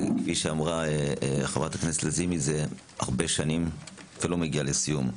נמשך הרבה שנים ולא מגיע לסיום.